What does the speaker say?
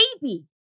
baby